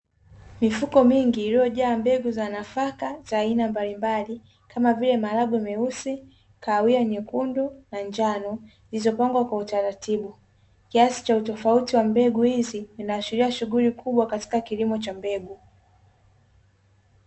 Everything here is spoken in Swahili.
Mifuko mingi iliyojaa mbegu za nafaka za aina mbalimbali, kama vile maharage meusi, kahawia, nyekundu, na njano, zilizopangwa kwa utaratibu. Kiasi cha utofauti wa mbegu hizi, inaashiria shughuli kubwa katika kilimo cha mbegu.